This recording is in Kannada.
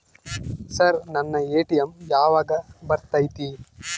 ಸರ್ ನನ್ನ ಎ.ಟಿ.ಎಂ ಯಾವಾಗ ಬರತೈತಿ?